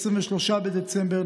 23 בדצמבר,